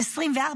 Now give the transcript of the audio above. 2025-2024,